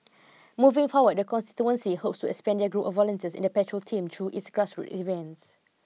moving forward the constituency hopes to expand their group of volunteers in the patrol team through its grassroot events